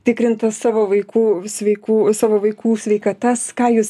tikrinti savo vaikų sveikų savo vaikų sveikatas ką jūs